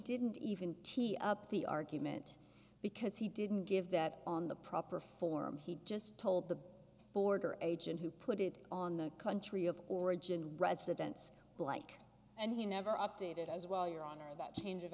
didn't even tee up the argument because he didn't give that on the proper form he just told the border agent who put it on the country of origin presidents like and he never updated as well your honor in that change of